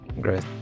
Great